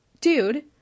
dude